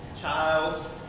child